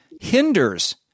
hinders